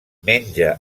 menja